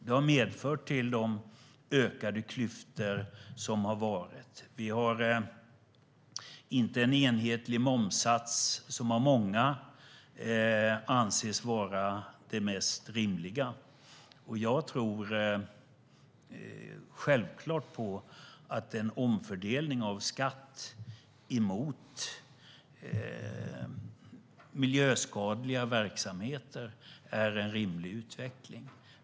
Det har medfört att klyftorna har ökat. Vi har inte en enhetlig momssats, som av många anses vara det mest rimliga. Jag tror självklart att en omfördelning av skatt mot miljöskadliga verksamheter är en rimlig utveckling.